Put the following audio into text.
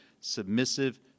submissive